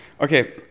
Okay